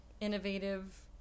innovative